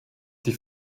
die